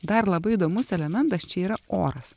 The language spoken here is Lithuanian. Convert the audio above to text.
dar labai įdomus elementas čia yra oras